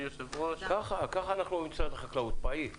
ככה אני אוהב את משרד החקלאות פעיל.